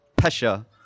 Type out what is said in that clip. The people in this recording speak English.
pesha